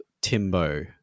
timbo